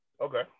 Okay